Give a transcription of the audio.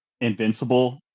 invincible